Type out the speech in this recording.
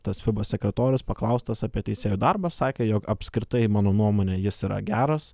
tas fiba sekretorius paklaustas apie teisėjo darbą sakė jog apskritai mano nuomone jis yra geras